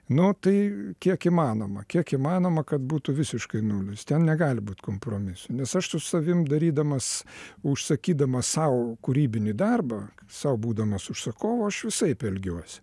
na tai kiek įmanoma kiek įmanoma kad būtų visiškai nulis ten negali būti kompromisų nes aš su savim darydamas užsakydamas sau kūrybinį darbą sau būdamas užsakovu aš visaip elgiuosi